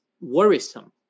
worrisome